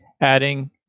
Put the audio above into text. Adding